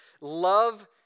love